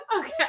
Okay